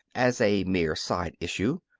as a mere side issue,